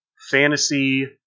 fantasy